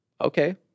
okay